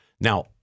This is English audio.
Now